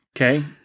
Okay